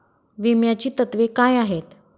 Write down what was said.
विम्याची तत्वे काय आहेत?